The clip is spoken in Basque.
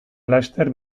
laster